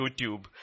YouTube